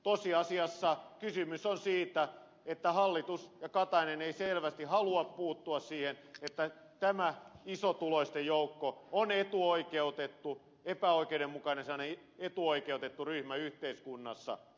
tosiasiassa kysymys on siitä että hallitus ja ministeri katainen eivät selvästi halua puuttua siihen että tämä isotuloisten joukko on etuoikeutettu epäoikeudenmukainen sellainen etuoikeutettu ryhmä yhteiskunnassa